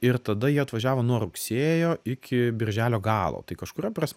ir tada jie atvažiavo nuo rugsėjo iki birželio galo tai kažkuria prasme